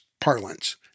parlance